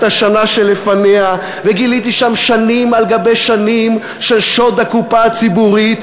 השנה שלפניה וגיליתי שם שנים על גבי שנים של שוד הקופה הציבורית,